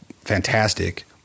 fantastic